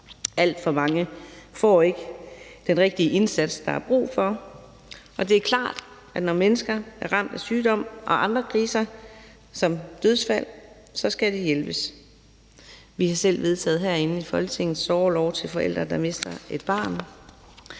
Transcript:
Alt for mange får ikke den rigtige indsats, der er brug for. Det er klart, at når mennesker er ramt af sygdom og andre kriser som dødsfald, skal de hjælpes. Vi har selv herinde i Folketinget vedtaget sorgorlov til forældre, der mister et barn.